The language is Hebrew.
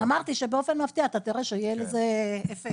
אמרתי שבאופן מפתיע אתה תראה שיהיה לזה אפקט.